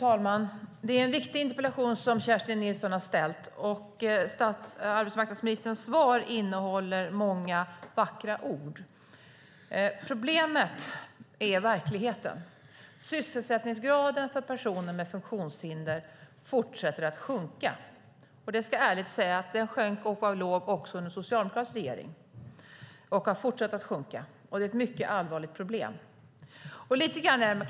Fru talman! Det är en viktig interpellation som Kerstin Nilsson har ställt, och arbetsmarknadsministerns svar innehåller många vackra ord. Problemet är verkligheten. Sysselsättningsgraden för personer med funktionshinder fortsätter att sjunka. Jag ska ärligt säga att den sjönk och var låg också under socialdemokratisk regering. Det är ett mycket allvarligt problem.